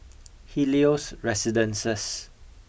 Helios Residences